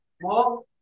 More